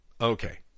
Okay